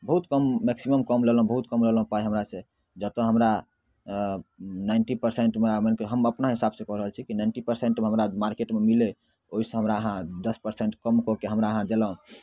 बहुत कम मैक्सिमम कम लेलहुँ बहुत कम लेलहुँ पाइ अहाँ हमरासँ जतऽ हमरा अऽ नाइनटी परसेन्ट हमरा मानिकऽ हम अपना हिसाबसँ कऽ रहल छी नाइनटी परसेन्टमे हमरा मार्केटमे मिलै ओहिसँ हमरा अहाँ दस परसेन्ट कम कऽ कऽ हमरा अहाँ देलहुँ